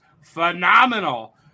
phenomenal